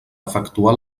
efectuar